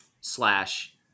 slash